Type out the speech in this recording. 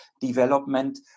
development